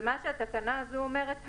ומה שהתקנה אומרת היום,